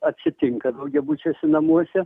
atsitinka daugiabučiuose namuose